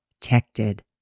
protected